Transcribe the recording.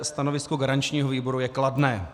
Stanovisko garančního výboru je kladné.